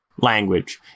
language